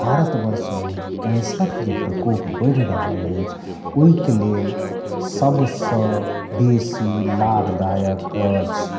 भारत वर्षमे कैन्सरके जे प्रकोप बढ़ि रहल अछि ओहिके लेल सबसँ बेसी लाभदायक अछि